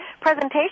presentation